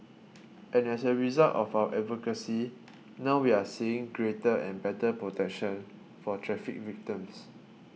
and as a result of our advocacy now we're seeing greater and better protection for traffic victims